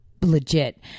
legit